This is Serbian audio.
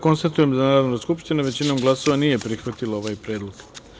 Konstatujem da Narodna skupština većinom glasova nije prihvatila ovaj predlog.